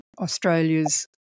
Australia's